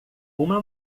uma